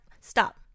stop